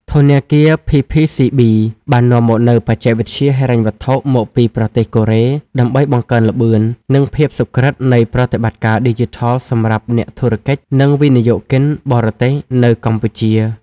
ធនាគារ ភីភីស៊ីប៊ី (PPCB) បាននាំមកនូវបច្ចេកវិទ្យាហិរញ្ញវត្ថុមកពីប្រទេសកូរ៉េ ដើម្បីបង្កើនល្បឿន និងភាពសុក្រឹតនៃប្រតិបត្តិការឌីជីថលសម្រាប់អ្នកធុរកិច្ច និងវិនិយោគិនបរទេសនៅកម្ពុជា។